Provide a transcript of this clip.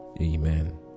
Amen